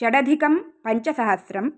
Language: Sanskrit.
षडधिकं पञ्चसहस्रं